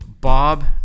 Bob